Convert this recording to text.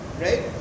right